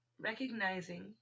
Recognizing